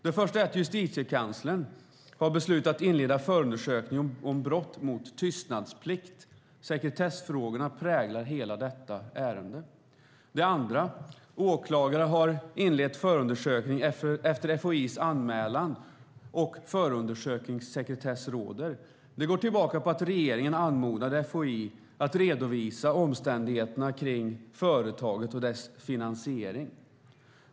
Den första är att justitiekanslern har beslutat inleda förundersökning om brott mot tystnadsplikt. Sekretessfrågorna präglar hela detta ärende. Den andra är att åklagare har inlett förundersökning efter FOI:s anmälan, och förundersökningssekretess råder. Det går tillbaka till att regeringen anmodade FOI att redovisa omständigheterna kring företaget och dess finansiering.